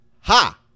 Ha